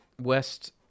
West